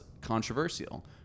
controversial